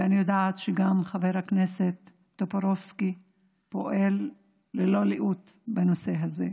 ואני יודעת שגם חבר הכנסת טופורובסקי פועל ללא לאות בנושא הזה.